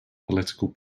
political